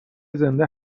زنده